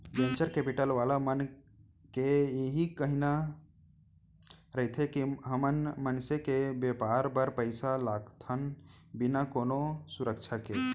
venture capital वाला मन के इही कहिना रहिथे के हमन मनसे के बेपार बर पइसा लगाथन बिना कोनो सुरक्छा के